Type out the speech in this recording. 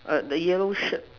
err the yellow shirt